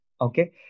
okay